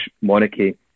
monarchy